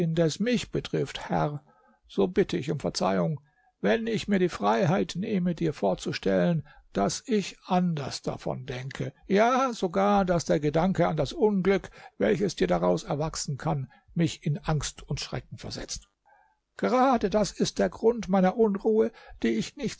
indes mich betrifft herr so bitte ich um verzeihung wenn ich mir die freiheit nehme dir vorzustellen daß ich anders davon denke ja sogar daß der gedanke an das unglück welches dir daraus erwachsen kann mich in angst und schrecken versetzt gerade das ist der grund meiner unruhe die ich nicht